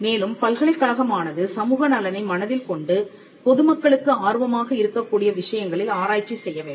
மேலும் பல்கலைக்கழகமானது சமூக நலனை மனதில் கொண்டு பொதுமக்களுக்கு ஆர்வமாக இருக்கக்கூடிய விஷயங்களில் ஆராய்ச்சி செய்ய வேண்டும்